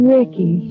Ricky